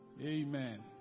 Amen